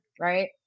right